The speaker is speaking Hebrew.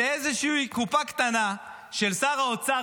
זו איזושהי קופה קטנה של שר האוצר,